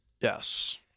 Yes